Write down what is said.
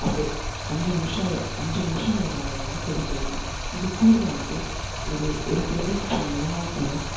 அப்படே அஞ்சு நிமிஷம் அதை அஞ்சு நிமிஷம் அதை நம்ப வந்து கொதிக்க விடணும் இதுகூட வந்து ஒரு டேபிள் ஸ்பூன் மிளகாய்த்தூளும்